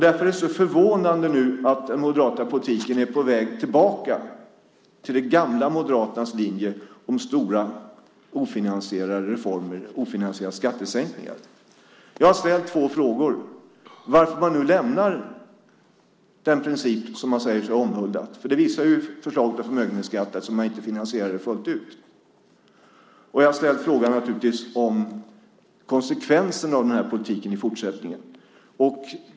Därför är det förvånande att den moderata politiken är på väg tillbaka till de gamla moderaternas linje med stora ofinansierade reformer och skattesänkningar. Jag har ställt två frågor. Den första är varför man nu lämnar den princip man säger sig omhulda. Detta visar förslaget om förmögenhetsskatten, eftersom man inte finansierar det fullt ut. Den andra handlar om konsekvensen av denna politik i fortsättningen.